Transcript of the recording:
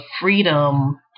freedom